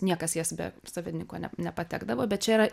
niekas jas be savininko net nepatekdavo bet čia yra